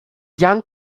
young